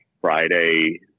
Friday